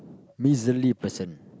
miserly person